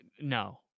No